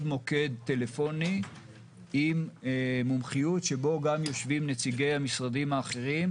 מוקד טלפוני עם מומחיות שבו גם יושבים נציגי המשרדים האחרים,